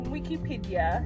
Wikipedia